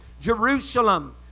Jerusalem